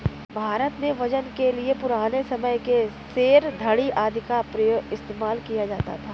भारत में वजन के लिए पुराने समय के सेर, धडी़ आदि का इस्तेमाल किया जाता था